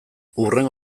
hurrengo